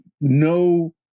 no